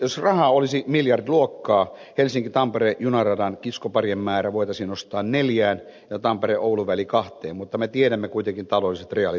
jos rahaa olisi miljardiluokkaa helsinkitampere junaradan kiskoparien määrä voitaisiin nostaa neljään ja tampereoulu väli kahteen mutta me tiedämme kuitenkin taloudelliset realiteetit